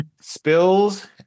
spills